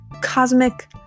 cosmic